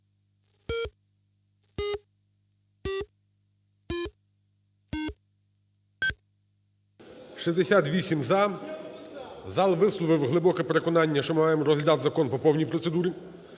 За-68 Зал висловив глибоке переконання, що ми маємо розглядати закон по повній процедурі.